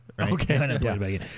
Okay